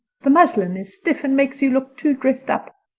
the muslin is stiff, and makes you look too dressed up.